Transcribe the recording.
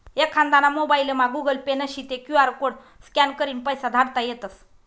एखांदाना मोबाइलमा Google pay नशी ते क्यु आर कोड स्कॅन करीन पैसा धाडता येतस